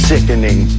Sickening